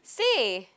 say